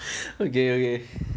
okay okay